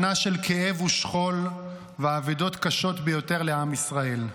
שנה של כאב ושכול ואבדות קשות ביותר לעם ישראל.